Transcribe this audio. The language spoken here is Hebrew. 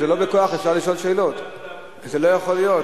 היא תשאל את השאלות וגם תדבר.